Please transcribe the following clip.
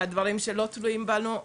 דברים שלא תלויים בנו.